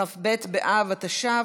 כ"ב באב התש"ף,